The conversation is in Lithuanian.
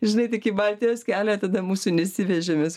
žinai tik į baltijos kelią tada mūsų nesivežė mes